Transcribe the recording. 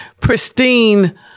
pristine